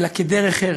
אלא כדרך ארץ,